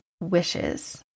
Wishes